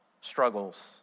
struggles